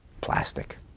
Plastic